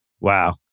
Wow